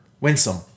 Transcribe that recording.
winsome